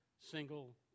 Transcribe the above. single